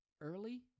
early